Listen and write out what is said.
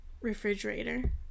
refrigerator